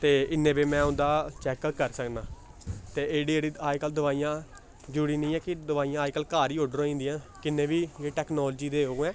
ते इन्ने बजे में उं'दा चैक्कअप करी सकना ते एकड़ी एकड़ी अजकल्ल दोआइयां जुड़ी दियां कि अजकल्ल घर गै आर्डर होई जंदियां किन्ने बी टैक्नालोजी दे ओह् ऐ